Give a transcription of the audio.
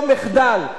אם זו לא הפקרות,